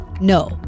no